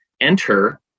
enter